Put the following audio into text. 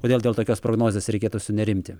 kodėl dėl tokios prognozės reikėtų sunerimti